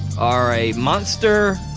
or a monster.